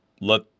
let